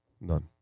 None